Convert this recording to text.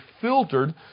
filtered